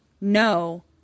no